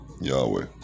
Yahweh